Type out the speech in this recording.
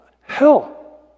hell